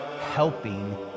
helping